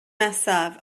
nesaf